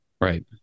right